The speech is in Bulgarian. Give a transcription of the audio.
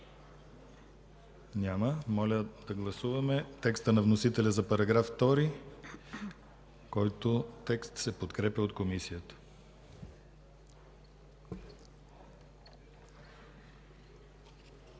Няма. Моля да гласуваме текста на вносителя за § 2, който се подкрепя от Комисията.